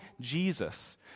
Jesus